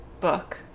book